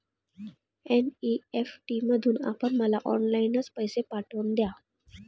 NEFT मधून आपण मला ऑनलाईनच पैसे पाठवून द्या